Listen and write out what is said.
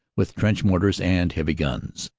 with trench mortars and heavy guns.